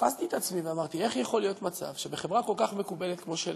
תפסתי את עצמי ואמרתי: איך יכול להיות מצב שבחברה כל כך מקבלת כמו שלנו,